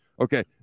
Okay